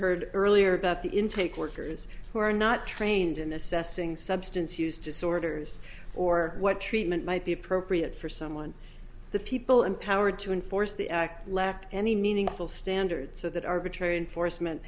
heard earlier about the intake workers who are not trained in assessing substance use disorders or what treatment might be appropriate for someone the people empowered to enforce the act lacked any meaningful standards so that arbitrary enforcement